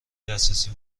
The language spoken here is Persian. دسترسی